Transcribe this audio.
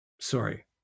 Sorry